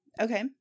Okay